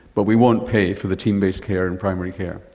but we won't pay for the team based care and primary care.